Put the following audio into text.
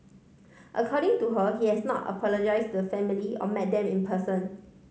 according to her he has not apologise the family or met them in person